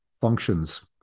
functions